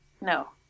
No